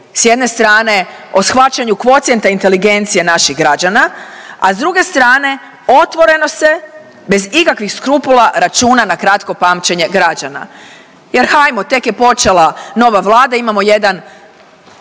s jedne strane o shvaćanju kvocijenta inteligencije naših građana, a s druge strane otvoreno se bez ikakvih skrupula računa na kratko pamćenje građana jer hajmo tek je počela nova Vlada, imamo jedan